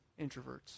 introverts